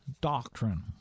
doctrine